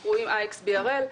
IXBRL,